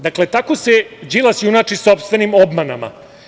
Dakle, tako se Đilas junači sopstvenim obmanama.